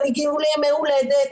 הם הגיעו לימי הולדת,